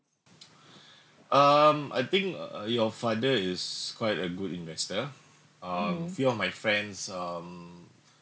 um I think uh uh your father is quite a good investor um few of my friends um